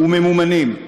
מאורגנים וממומנים,